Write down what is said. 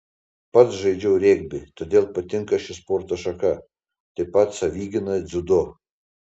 pats žaidžiau regbį todėl patinka ši sporto šaka taip pat savigyna dziudo